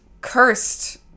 cursed